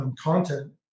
content